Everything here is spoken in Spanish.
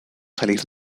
salir